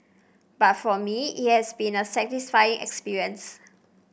but for me it has been a satisfying experience